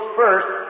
first